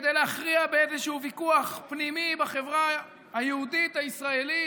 כדי להכריע באיזשהו ויכוח פנימי בחברה היהודית הישראלית,